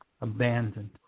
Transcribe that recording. abandoned